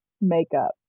makeup